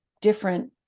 different